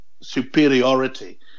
superiority